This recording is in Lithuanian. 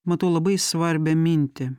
matau labai svarbią mintį